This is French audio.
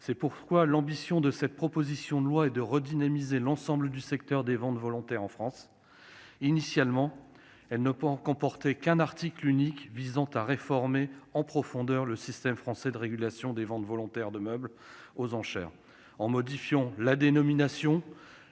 C'est pourquoi cette proposition de loi a pour objectif de redynamiser l'ensemble du secteur des ventes volontaires en France. Initialement, ce texte ne comportait qu'un article unique visant à réformer en profondeur le système français de régulation des ventes volontaires de meubles aux enchères, en modifiant la dénomination,